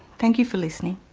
thank you for listening,